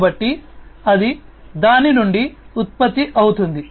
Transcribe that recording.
కాబట్టి అది దాని నుండి ఉత్పత్తి అవుతుంది